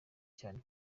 cyane